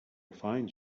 find